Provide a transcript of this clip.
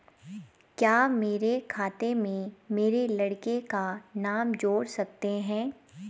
क्या मेरे खाते में मेरे लड़के का नाम जोड़ सकते हैं?